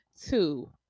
two